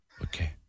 Okay